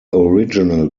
original